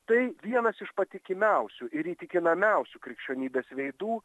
tai vienas iš patikimiausių ir įtikinamiausių krikščionybės veidų